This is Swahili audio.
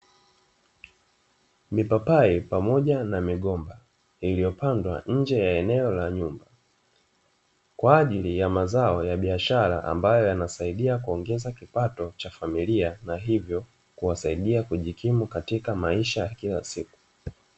Mipapai pamoja na migomba iliyopandwa nje ya eneo la nyumba kwa ajili ya mazao ya biashara, ambayo yanasaidia kuongeza kipato cha familia na hivyo kuwasaidia kujikimu katika maisha ya kila siku.